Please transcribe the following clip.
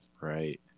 right